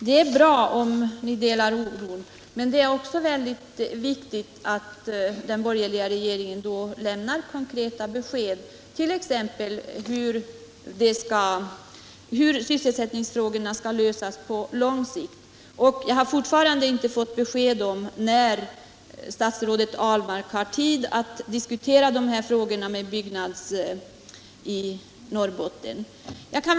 Utbildningsbidraget — den s.k. 25-kronan — har som bekant tillkommit för att ge möjligheter för företagen att behålla sin arbetskraft under lågkonjunktur. Detta har fått goda effekter för sysselsättningen.